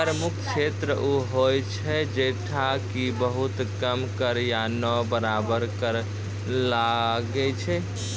कर मुक्त क्षेत्र उ होय छै जैठां कि बहुत कम कर या नै बराबर कर लागै छै